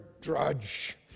drudge